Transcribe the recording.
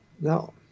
no